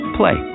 play